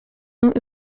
nur